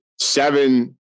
seven